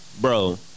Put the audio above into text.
bro